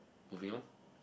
moving on